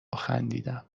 خندیدم